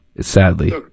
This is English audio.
sadly